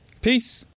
Peace